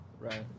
Right